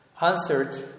Answered